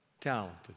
talented